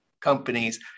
companies